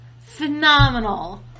Phenomenal